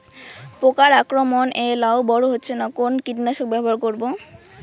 পোকার আক্রমণ এ লাউ বড় হচ্ছে না কোন কীটনাশক ব্যবহার করব?